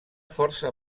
força